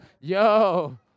Yo